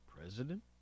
president